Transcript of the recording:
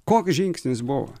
koks žingsnis buvo